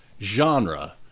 genre